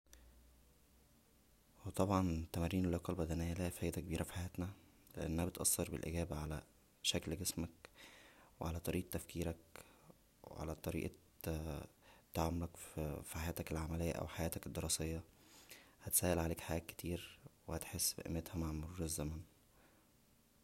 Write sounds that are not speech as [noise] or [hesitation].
و طبعا تمارين اللياقة البدنيه ليها فايدة كبيره فى حياتنا لانها بتأثر بالايجاب على شكل جسمك و على طريقة تفكيرك و على طريقة [hesitation] تعاملك فى حياتك العمليه او حياتك الدراسيه هتسهل عليك حاجات كتير و هتحس بقيمتها مع مرور الزمن